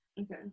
Okay